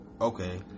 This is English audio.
Okay